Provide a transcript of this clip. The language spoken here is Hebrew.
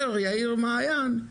אומר יאיר מעיין,